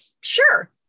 sure